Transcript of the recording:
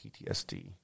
PTSD